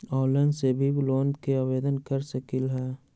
Online से भी loan के आवेदन कर सकलीहल?